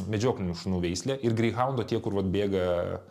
medžioklinių šunų veislė ir greihaundo tie kur vat bėga